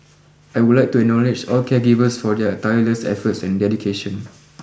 I would like to acknowledge all caregivers for their tireless efforts and dedication